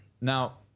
Now